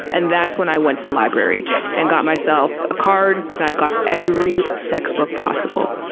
and that's when i went to the library and got myself a card and i got every sex book possible.